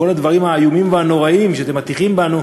כל הדברים האיומים והנוראים שאתם מטיחים בנו?